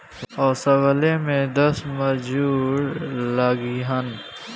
ओसवले में दस मजूर लगिहन